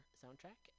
soundtrack